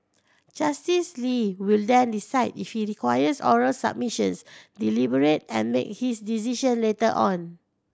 Justice Lee will then decide if he requires oral submissions deliberate and make his decision later on